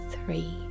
three